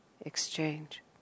exchange